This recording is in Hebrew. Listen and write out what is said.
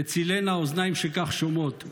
תְּצִלנה אוזניים שכך שומעות,